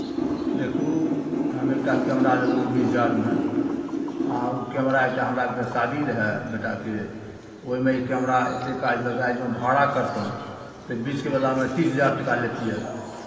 देखू हम एक टा कैमरा लेलहुँ बीस हजारमे आ ओ कैमरा एक टा हमरा एक टा शादी रहए बेटाके ओहिमे ई कैमरा एतेक काज देलक आइ जँ भाड़ा करितहुँ तऽ बीसके बदलामे तीस हजार टाका लैतियै